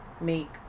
make